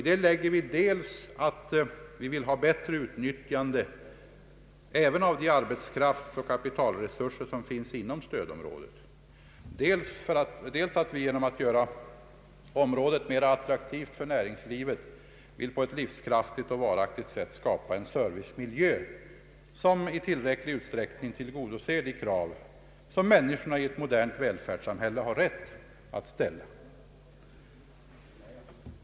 Däri innefattar vi dels att vi vill ha bättre utnyttjande även av de arbetskraftsoch kapitalresurser som finns inom stödområdet, dels att vi genom att göra området mer attraktivt för näringslivet vill skapa en livskraftig och varaktig servicemiljö som i tillräcklig utsträckning tillgodoser de krav människorna i ett modernt välfärdssamhälle har rätt att ställa.